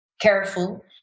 careful